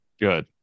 Good